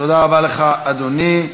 תודה רבה לך, אדוני.